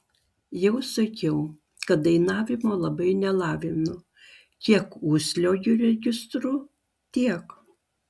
jau sakiau kad dainavimo labai nelavinu kiek užsliuogiu registru tiek